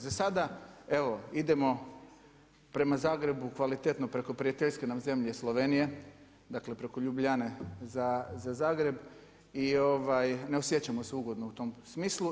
Za sada evo idemo prema Zagrebu kvalitetno preko prijateljske nam zemlje Slovenije, dakle preko Ljubljane za Zagreb i ne osjećamo se ugodno u tom smislu.